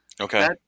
Okay